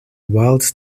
wild